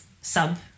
sub